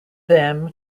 them